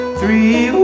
three